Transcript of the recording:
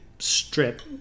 strip